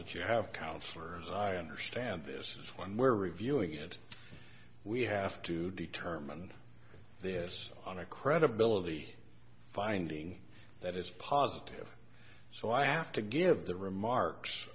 that you have counsellors i understand this is one where reviewing it we have to determine there's on a credibility finding that is positive so i have to give the remarks